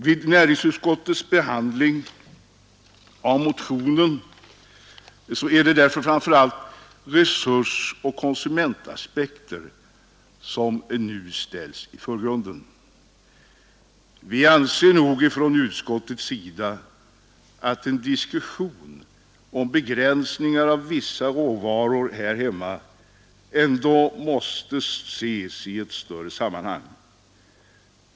Vid näringsutskottets behandling av motionen är det därför framför allt resursoch konsumentaspekter som nu ställts i förgrunden. Utskottssning av förbrukningen av majoriteten anser att en diskussion om begrä vissa råvaror här hemma ändå måste ses i ett större sammanhang.